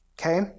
Okay